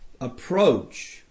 approach